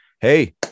Hey